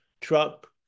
truck